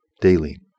Daily